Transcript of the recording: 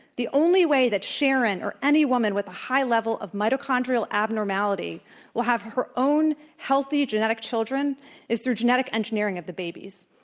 the only way that sharon or any woman with a high level of mitochondrial abnormality will have her own healthy genetic children is through genetic engineering of the babies.